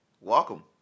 welcome